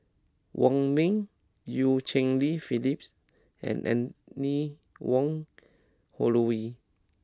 Wong Ming Eu Cheng Li Phyllis and Anne Wong Holloway